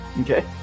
Okay